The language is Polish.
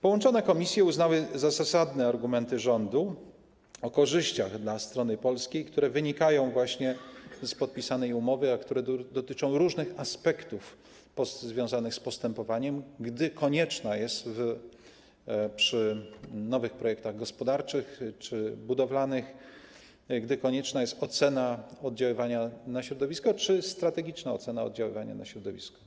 Połączone komisje uznały za zasadne argumenty rządu o korzyściach dla strony polskiej, które wynikają właśnie z podpisanej umowy, a które dotyczą różnych aspektów związanych z postępowaniem przy nowych projektach gospodarczych czy budowlanych, gdy konieczna jest ocena oddziaływania na środowisko czy strategiczna ocena oddziaływania na środowisko.